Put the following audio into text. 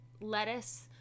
lettuce